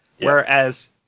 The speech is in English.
Whereas